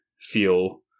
feel